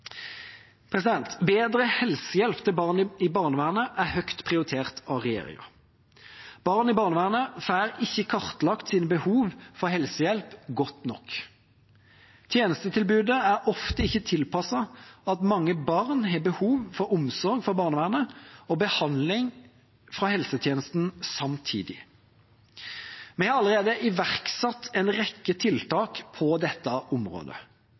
Bedre helsehjelp til barn i barnevernet er høyt prioritert av regjeringa. Barn i barnevernet får ikke kartlagt sine behov for helsehjelp godt nok. Tjenestetilbudet er ofte ikke tilpasset at mange barn har behov for omsorg fra barnevernet og behandling fra helsetjenesten samtidig. Vi har allerede iverksatt en rekke tiltak på dette området.